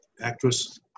actress